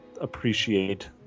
appreciate